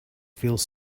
feels